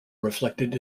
reflected